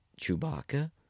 Chewbacca